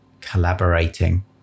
collaborating